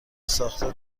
ساخته